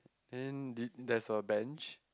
and did there's a bench